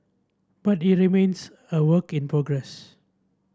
but it remains a work in progress